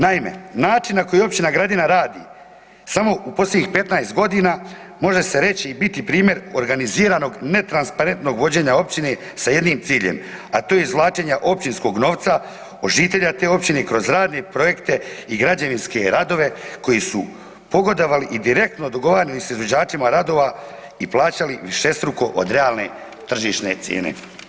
Naime, način na koji općina Gradina radi, samo u posljednjih 15 g., može se reći i biti primjer organiziranog netransparentnog vođenja općine sa jednim ciljem a to je izvlačenja općinskog novca od žitelja te općine i kroz razne projekte i građevinske radove koji su pogodovali i direktno dogovarani sa izvođačima radova i plaćali višestruko od realne tržišne cijene.